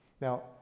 Now